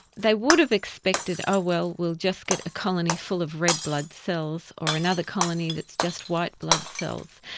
they would have expected, oh well, we'll just get a colony full of red blood cells, or another colony that's just white blood cells',